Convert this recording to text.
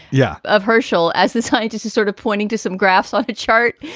yeah. of herschel as the scientist is sort of pointing to some graphs on a chart.